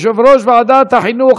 תודה.